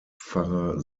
pfarrer